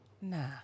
Nah